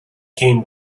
came